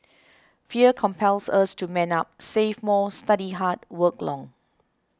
fear compels us to man up save more study hard work long